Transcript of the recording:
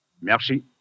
Merci